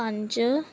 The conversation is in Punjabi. ਪੰਜ